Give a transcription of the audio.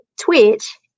Twitch